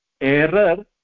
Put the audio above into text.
error